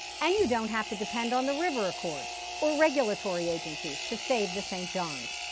and you don't have to depend on the river accord or regulatory agencies to save the st. johns.